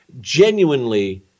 genuinely